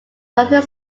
northern